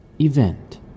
event